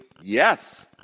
yes